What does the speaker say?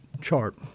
chart